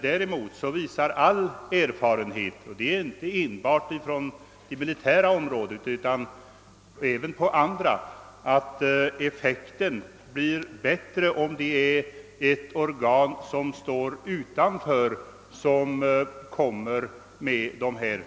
Däremot visar all erfarenhet, inte enbart från det militära utan även från andra områden, att effekten blir bättre om ett utomstående organ får göra förslag till rationaliseringar.